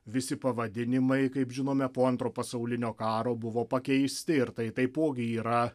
visi pavadinimai kaip žinome po antro pasaulinio karo buvo pakeisti ir tai taipogi yra